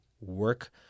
work